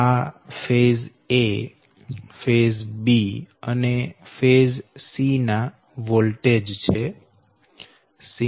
આ phase a phase b અને phase c ના વોલ્ટેજ છે